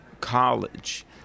college